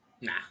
Nah